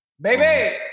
Baby